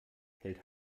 hält